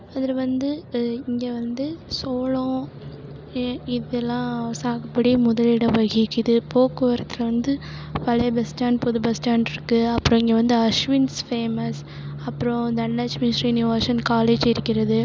அதில் வந்து இங்கே வந்து சோளம் இதெல்லாம் சாகுபடி முதலிடம் வகிக்கிறது போக்குவரத்தில் வந்து பழைய பஸ் ஸ்டாண்ட் புது பஸ் ஸ்டாண்ட் இருக்குது அப்புறம் இங்கே வந்து அஸ்வின்ஸ் ஃபேமஸ் அப்புறம் தனலக்ஷ்மி ஸ்ரீனிவாசன் காலேஜ் இருக்கிறது